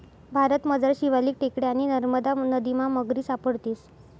भारतमझार शिवालिक टेकड्या आणि नरमदा नदीमा मगरी सापडतीस